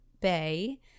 Bay